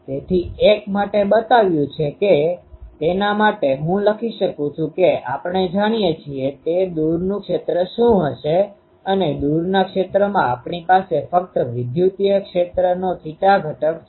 તેથી એક માટે બતાવ્યુ છે તેના માટે હું લખી શકું છું કે આપણે જાણીએ છીએ તે દૂરનું ક્ષેત્ર શું હશે અને દૂરના ક્ષેત્રમાં આપણી પાસે ફક્ત વિદ્યુતીય ક્ષેત્રનો θ ઘટક છે